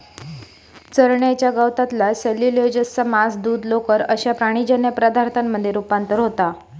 चरण्याच्या गवतातला सेल्युलोजचा मांस, दूध, लोकर अश्या प्राणीजन्य पदार्थांमध्ये रुपांतर होता